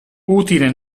utile